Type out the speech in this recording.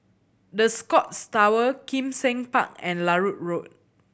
The Scotts Tower Kim Seng Park and Larut Road